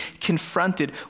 confronted